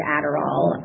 Adderall